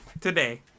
today